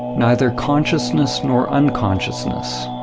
neither consciousness nor unconsciousness.